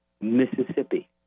Mississippi